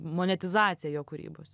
monetizavija jo kūrybos